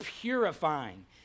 purifying